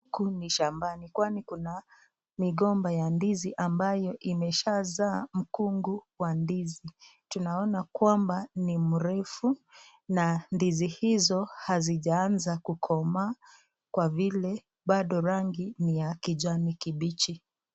Huku ni shambani kwani kuna migomba ya ndizi ambayo imeshaza mkungu wa ndizi. Tunaona kwamba ni mrefu na ndizi hizo hazijanza kukomaa kwa vile bado rangi ni ya kijani kibichi.